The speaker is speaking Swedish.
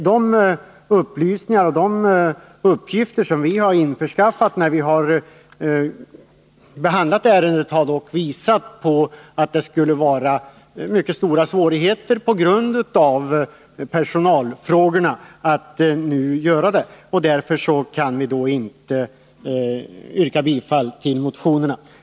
Men upplysningar och uppgifter som utskottet under ärendets behandling har införskaffat har visat att — på grund av personalproblemen — mycket stora svårigheter skulle vara förknippade med en sådan stationering. Därför kan inte utskottet tillstyrka motionerna.